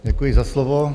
Děkuji za slovo.